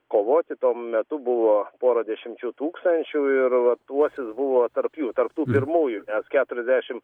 kovoti tuo metu buvo pora dešimčių tūkstančių ir vat uosis buvo tarp jų tarp tų pirmųjų keturiasdešim